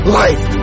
life